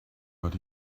but